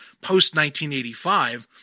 post-1985